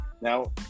Now